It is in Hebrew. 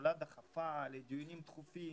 והממשלה דחפה לדיונים דחופים,